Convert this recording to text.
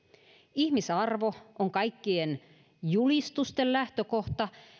ihmisarvo on kaikkien julistusten lähtökohta